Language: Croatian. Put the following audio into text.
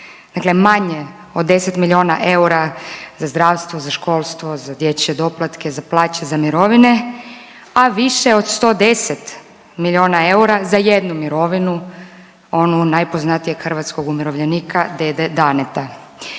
HDZ-a, dakle od 10 milijuna eura za zdravstvo, za školstvo, za dječje doplatke, za plaće, za mirovine, a više od 110 milijuna eura za jednu mirovinu onu najpoznatijeg hrvatskog umirovljenika dede Daneta.